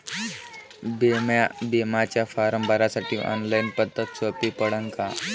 बिम्याचा फारम भरासाठी ऑनलाईन पद्धत सोपी पडन का?